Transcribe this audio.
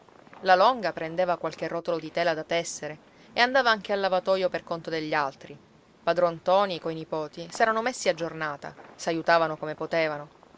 la longa prendeva qualche rotolo di tela da tessere e andava anche al lavatoio per conto degli altri padron ntoni coi nipoti s'erano messi a giornata s'aiutavano come potevano